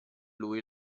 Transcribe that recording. lui